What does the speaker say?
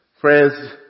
Friends